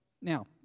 Now